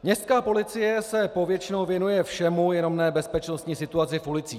Městská policie se povětšinou věnuje všemu, jenom ne bezpečnostní situaci v ulicích.